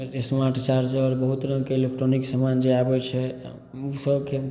smart charger बहुत रङ्गके electronic समान जे आबै छै ओसबके